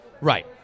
Right